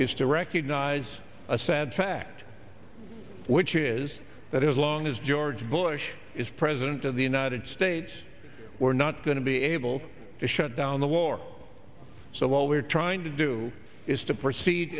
is to recognize a sad fact which is that as long as george bush is president of the united states we're not going to be able to shut down the war so what we're trying to do is to proceed